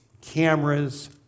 cameras